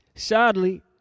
Sadly